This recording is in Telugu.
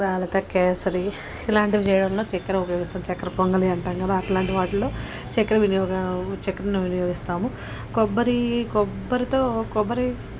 తలాలత కేసరి ఇలాంటి చేయడంలో చక్కెర ఉపయోగిస్తాము చక్కెర పొంగలి అంటాం కదా అట్లాంటి వాటిల్లో చక్కెర వినియోగ చక్కెరను వినియోగిస్తాము కొబ్బరి కొబ్బరితో కొబ్బరి